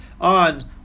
on